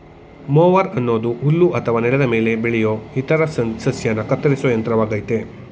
mower ಅನ್ನೋದು ಹುಲ್ಲು ಅಥವಾ ನೆಲದ ಮೇಲೆ ಬೆಳೆಯೋ ಇತರ ಸಸ್ಯನ ಕತ್ತರಿಸೋ ಯಂತ್ರವಾಗಯ್ತೆ